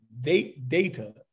data